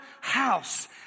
house